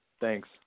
Thanks